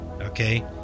okay